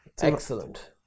Excellent